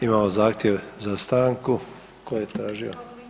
Imamo zahtjev za stanku, tko je tražio?